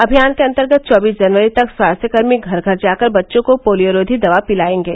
अभियान के अन्तर्गत चौबीस जनवरी तक स्वास्थ्यकर्मी घर घर जाकर बच्चों को पोलियोरोधी दवा पिलायेंगे